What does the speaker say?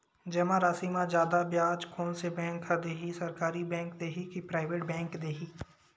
जमा राशि म जादा ब्याज कोन से बैंक ह दे ही, सरकारी बैंक दे हि कि प्राइवेट बैंक देहि?